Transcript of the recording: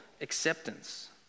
acceptance